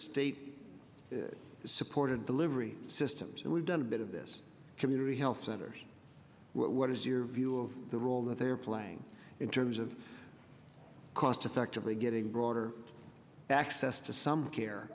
state supported delivery systems and we've done a bit of this community health centers what is your view of the role that they are playing in terms of cost effectively getting broader access to some